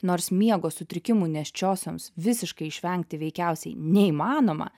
nors miego sutrikimų nėščiosioms visiškai išvengti veikiausiai neįmanoma